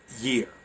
year